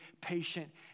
patient